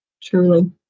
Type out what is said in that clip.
Truly